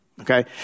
Okay